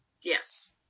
Yes